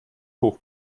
hoch